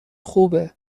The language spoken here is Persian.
خوبه